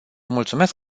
mulțumesc